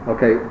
Okay